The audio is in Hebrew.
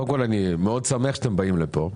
קודם כל, אני מאוד שמח שאתם באים לפה,